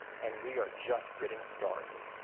and we are just getting started.